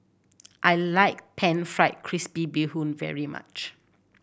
I like Pan Fried Crispy Bee Hoon very much